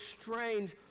strange